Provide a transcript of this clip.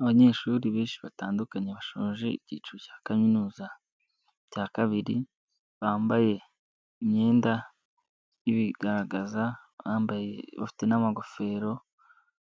Abanyeshuri benshi batandukanye bashoje icyiciro cya kaminuza, cya kabiri, bambaye, imyenda ibigaragaza bambaye bafite n'amagofero